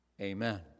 Amen